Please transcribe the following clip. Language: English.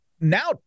now